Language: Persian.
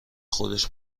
خودش